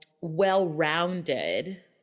well-rounded